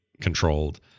controlled